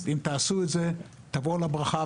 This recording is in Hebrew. ואם תעשו את זה - תבואו על הברכה,